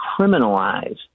criminalize